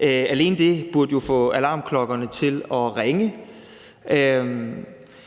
Alene det burde jo få alarmklokkerne til at ringe.